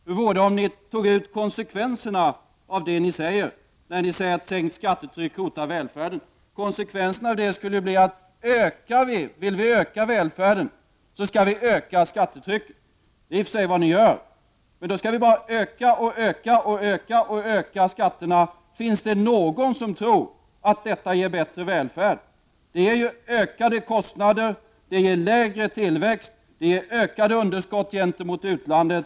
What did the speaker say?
Hur vore det om socialdemokraterna tog konsekvenserna av det som de säger, nämligen att ett sänkt skattetryck hotar välfärden? Konsekvensen av det skulle bli att vi, om vi vill öka välfärden, skulle öka skattetrycket. Det är i och för sig vad socialdemokraterna gör. Men då skulle skatterna bara ökas och ökas och ökas. Finns det någon som tror att detta ger bättre välfärd? Det ger ökade kostnader, lägre tillväxt och ökade underskott gentemot utlandet.